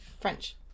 French